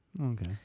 Okay